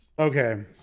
Okay